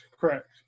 Correct